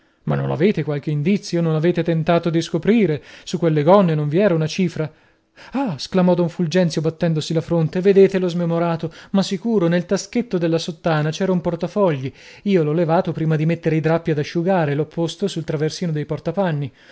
ma non avete qualche indizio non avete tentato di scoprire su quelle gonne non vi era una cifra ah sclamò don fulgenzio battendosi la fronte vedete lo smemorato ma sicuro nelle taschetto della sottana c'era un portafogli io l'ho levato prima di mettere i drappi ad asciugare e l'ho posto sul traversino del